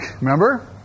remember